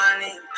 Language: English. Money